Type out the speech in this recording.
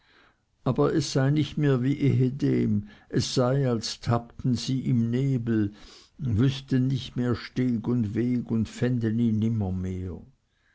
aber es sei nicht mehr wie ehedem es sei als tappten sie im nebel wüßten nicht mehr steg und weg und fänden ihn